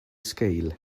scale